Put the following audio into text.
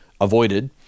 avoided